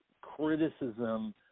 criticism